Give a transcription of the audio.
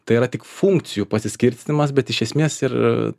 tai yra tik funkcijų pasiskirstymas bet iš esmės ir